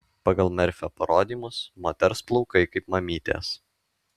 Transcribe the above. pagal merfio parodymus moters plaukai kaip mamytės